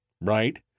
right